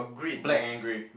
black and grey